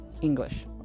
English